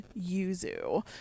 yuzu